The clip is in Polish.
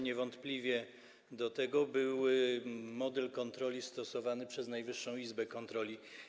Niewątpliwie wzorem był model kontroli stosowany przez Najwyższą Izbę Kontroli.